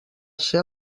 ser